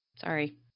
sorry